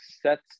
sets